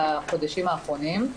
בחודשים האחרונים.